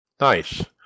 nice